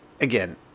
again